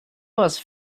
was